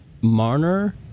Marner